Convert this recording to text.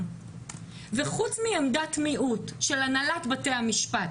וחוץ מעמדת מיעוט של הנהלת בתי המשפט